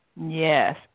Yes